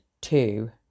two